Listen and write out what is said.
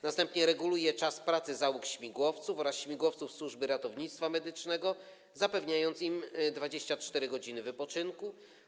Następnie reguluje czas pracy załóg śmigłowców oraz śmigłowców służby ratownictwa medycznego, zapewniając im 24 godziny wypoczynku.